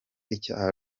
icyaha